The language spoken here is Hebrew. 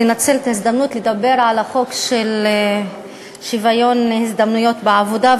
לנצל את ההזדמנות ולדבר על חוק שוויון ההזדמנויות בעבודה,